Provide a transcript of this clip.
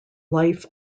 life